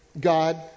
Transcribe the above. God